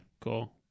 cool